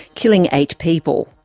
killing eight people.